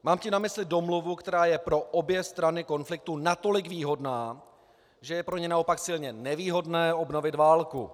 Mám tím na mysli domluvu, která je pro obě strany konfliktu natolik výhodná, že je pro ně naopak silně nevýhodné obnovit válku.